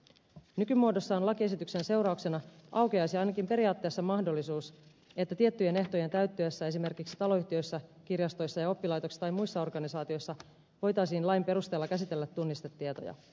nykymuodossaan lakiesityksen seurauksena aukeaisi ainakin periaatteessa mahdollisuus että tiettyjen ehtojen täyttyessä esimerkiksi taloyhtiöissä kirjastoissa ja oppilaitoksissa tai muissa organisaatioissa voitaisiin lain perusteella käsitellä tunnistetietoja